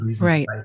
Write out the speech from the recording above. Right